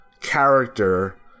character